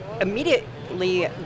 immediately